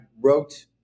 wrote